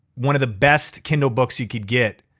one of the best kindle books you could get.